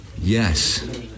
Yes